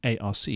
ARC